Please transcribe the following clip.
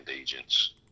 agents